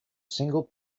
single